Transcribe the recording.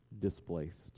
displaced